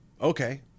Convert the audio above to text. okay